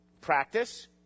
practice